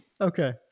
Okay